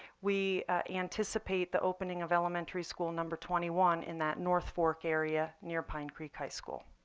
we anticipate the opening of elementary school number twenty one in that north fork area near pine creek high school.